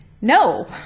No